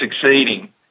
succeeding